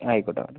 ആയിക്കോട്ടെ മാഡം